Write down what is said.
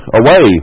away